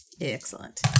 Excellent